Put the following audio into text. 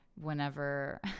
whenever